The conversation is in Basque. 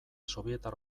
sobietar